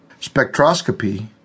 spectroscopy